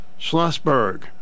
Schlossberg